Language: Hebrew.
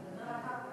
אתה מדבר על הקרקע.